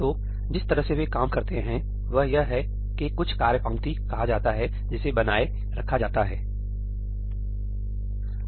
तो जिस तरह से वे काम करते हैं वह यह है कि कुछ कार्य पंक्ति कहा जाता है जिसे बनाए रखा जाता है सही